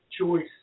Choice